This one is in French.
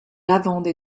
lavande